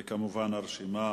וכמובן, הרשימה